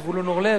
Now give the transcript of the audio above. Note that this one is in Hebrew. זבולון אורלב,